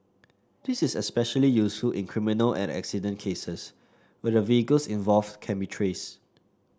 this is especially useful in criminal and accident cases where the vehicles involved can be traced